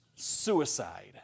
suicide